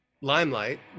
limelight